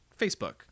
facebook